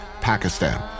Pakistan